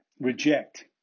reject